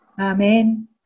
Amen